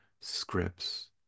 scripts